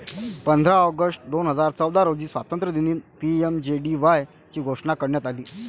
पंधरा ऑगस्ट दोन हजार चौदा रोजी स्वातंत्र्यदिनी पी.एम.जे.डी.वाय ची घोषणा करण्यात आली